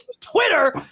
Twitter